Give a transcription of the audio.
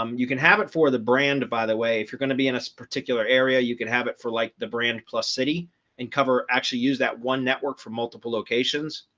um you can have it for the brand. by the way if you're going to be in a particular area you can have it for like the brand plus city and cover actually use that one network for multiple locations.